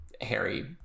Harry